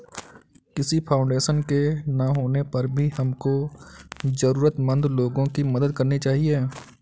किसी फाउंडेशन के ना होने पर भी हमको जरूरतमंद लोगो की मदद करनी चाहिए